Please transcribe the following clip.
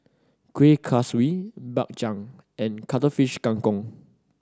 Kuih Kaswi Bak Chang and Cuttlefish Kang Kong